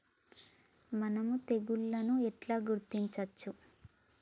మనం తెగుళ్లను ఎట్లా గుర్తించచ్చు?